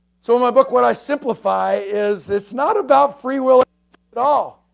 so, in my book what i simplify is, it's not about freewill at all.